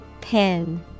Pin